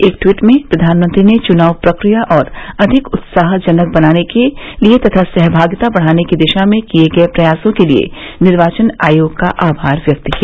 एक ट्वीट में प्रधानमंत्री ने चुनाव प्रक्रिया को और अधिक उत्साहजनक बनाने तथा सहभागिता बढ़ाने की दिशा में किए गए प्रयासों के लिए निर्वाचन आयोग का आभार व्यक्त किया